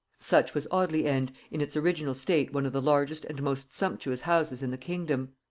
such was audley end, in its original state one of the largest and most sumptuous houses in the kingdom.